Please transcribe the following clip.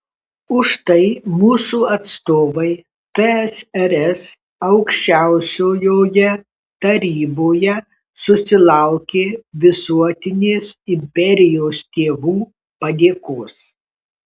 už tai mūsų atstovai tsrs aukščiausiojoje taryboje susilaukė visuotinės imperijos tėvų padėkos